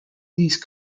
these